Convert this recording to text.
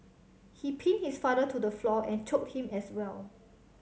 he pinned his father to the floor and choked him as well